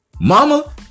Mama